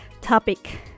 topic